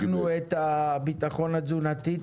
שיבחנו את המיזם של הביטחון התזונתי,